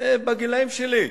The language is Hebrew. בגיל שלי,